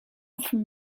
from